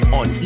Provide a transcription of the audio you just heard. on